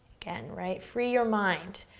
again, right, free your mind.